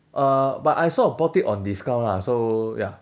uh but I sort of bought it on discount lah so ya